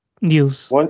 news